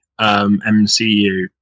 MCU